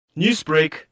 Newsbreak